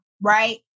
right